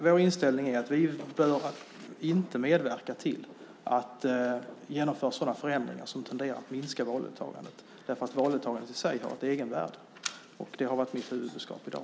Vår inställning är att vi inte bör medverka till att genomföra sådana förändringar som tenderar att minska valdeltagandet eftersom valdeltagandet i sig har ett egenvärde. Det har varit mitt huvudbudskap i dag.